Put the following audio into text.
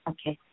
Okay